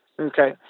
Okay